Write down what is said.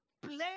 play